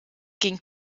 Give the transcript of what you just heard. ging